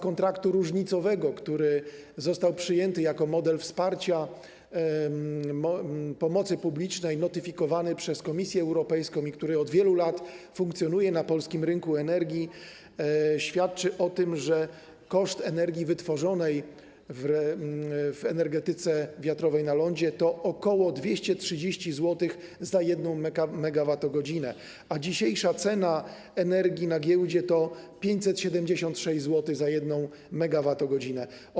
Kontrakt różnicowy, który został przyjęty jako model wsparcia pomocy publicznej notyfikowany przez Komisję Europejską i który od wielu lat funkcjonuje na polskim rynku energii, świadczy o tym, że koszt energii wytworzonej w energetyce wiatrowej na lądzie to ok. 230 zł za 1 MWh, a dzisiejsza cena energii na giełdzie to 576 zł za 1 MWh.